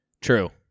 True